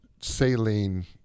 saline